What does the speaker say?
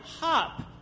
hop